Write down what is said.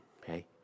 Okay